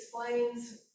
explains